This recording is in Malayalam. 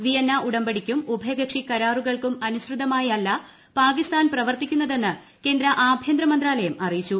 വിയന്ന ഉടമ്പടിക്കും ഉഭയകക്ഷി കരാറുകൾക്കും അനുസൃതമായല്ല പാകിസ്ഥാൻ പ്രവർത്തിക്കുന്നതെന്ന് കേന്ദ്ര ആഭ്യന്തര മന്ത്രാലയം അറിയിച്ചു